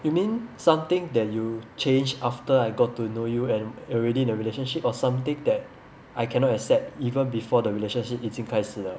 you mean something that you changed after I got to know you and already in a relationship or something that I cannot accept even before the relationship 已经开始了